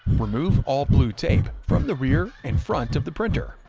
remove all blue tape from the rear and front of the printer.